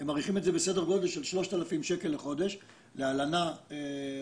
הם מעריכים את זה בסדר גודל של 3,000 שקל לחודש להלנה רצינית,